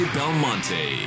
Belmonte